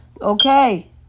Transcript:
Okay